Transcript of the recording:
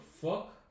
fuck